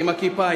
עם הכיפה,